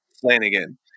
Flanagan